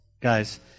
guys